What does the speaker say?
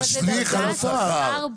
זה משליך על השכר.